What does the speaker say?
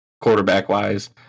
quarterback-wise